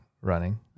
running